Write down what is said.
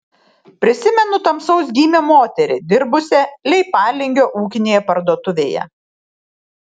prisimenu tamsaus gymio moterį dirbusią leipalingio ūkinėje parduotuvėje